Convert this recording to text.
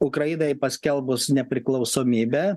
ukrainai paskelbus nepriklausomybę